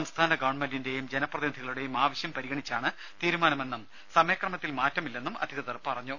സംസ്ഥാനഗവൺമെന്റിന്റെയും ജനപ്രതിനിധികളുടെയും ആവശ്യം പരിഗണിച്ചാണ് തീരുമാനമെന്നും സമയക്രമത്തിൽ മാറ്റമില്ലെന്നും അധിക്വതർ പറഞ്ഞു